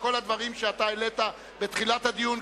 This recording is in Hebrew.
וכל הדברים שאתה העלית בתחילת הדיון,